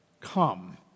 come